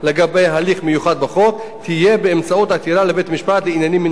הליך מיוחד בחוק תהיה באמצעות עתירה לבית-המשפט לעניינים מינהליים.